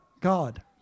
God